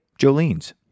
Jolene's